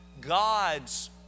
God's